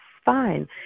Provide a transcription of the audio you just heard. fine